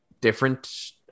different